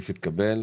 הסעיף התקבל.